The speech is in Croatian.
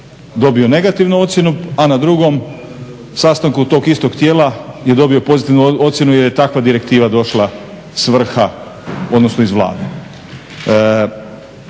prvo negativnu ocjenu, a na drugom sastanku tog istog tijela je dobio pozitivnu ocjenu jer je takva direktiva došla s vrha odnosno iz Vlade.